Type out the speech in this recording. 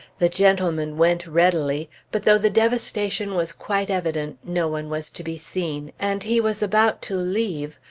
the gentleman went readily, but though the devastation was quite evident, no one was to be seen, and he was about to leave,